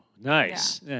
nice